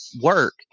work